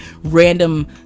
random